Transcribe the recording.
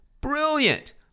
Brilliant